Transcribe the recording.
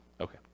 Okay